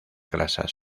grasas